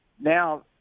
Now